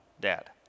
dad